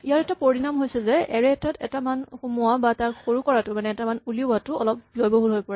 ইয়াৰ এটা পৰিণাম হৈছে যে এৰে এটাত মান এটা সোমোৱা বা তাক সৰু কৰাটো অলপ ব্যয়বহুল হৈ পৰে